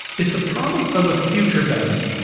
it's a promise of a future value.